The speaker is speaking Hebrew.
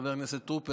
חבר הכנסת טרופר,